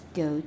go